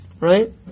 Right